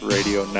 Radio